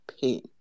pain